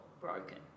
broken